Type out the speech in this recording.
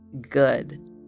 good